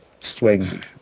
swing